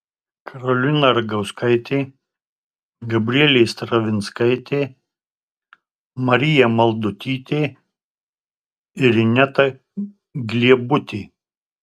karolina ragauskaitė gabrielė stravinskaitė marija maldutytė ir ineta gliebutė